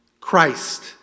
Christ